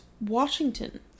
Washington